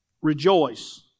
Rejoice